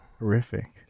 horrific